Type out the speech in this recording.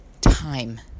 time